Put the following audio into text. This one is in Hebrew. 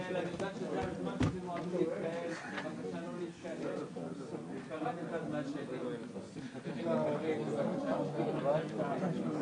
הישיבה ננעלה בשעה 15:32.